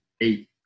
eight